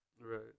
Right